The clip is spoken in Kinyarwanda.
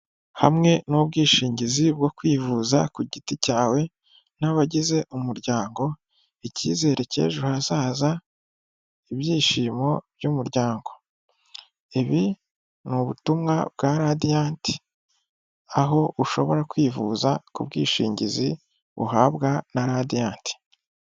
Hamwe n'ubwishingizi bwo kwivuza ku giti cyawe n'abagize umuryango, icyizere cy'ejo hazaza, ibyishimo by'umuryango. Ibi ni ubutumwa bwa radiyanti aho ushobora kwivuza ku bwishingizi buhabwa na radiyanti.